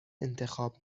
انتخاب